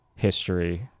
history